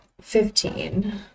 Fifteen